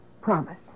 promise